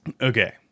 Okay